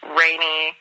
rainy